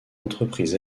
entreprises